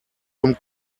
zum